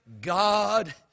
God